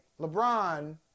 LeBron